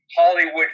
Hollywood